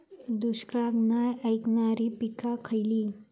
दुष्काळाक नाय ऐकणार्यो पीका खयली?